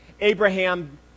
Abraham